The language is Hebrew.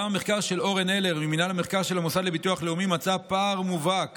גם המחקר של אורן הלר ממינהל המחקר של המוסד לביטוח לאומי מצא פער מובהק